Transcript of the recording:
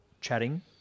chatting